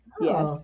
Yes